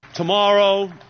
tomorrow